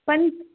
पञ्च्